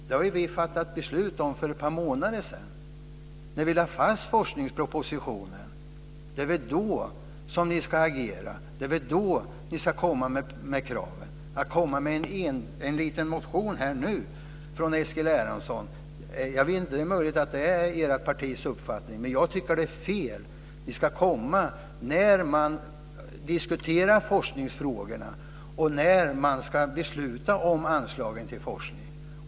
Det har vi fattat beslut om för några månader sedan när vi lade fast forskningspropositionen. Det är väl då som ni ska agera. Det är väl då som ni ska komma med kraven i stället för att nu komma med en liten motion från Eskil Erlandsson. Det är möjligt att det är ert partis uppfattning. Jag tycker att det är fel. Ni ska komma när vi diskuterar forskningsfrågorna och när vi ska besluta om anslagen till forskning.